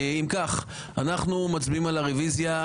אנחנו מצביעים על הרוויזיה.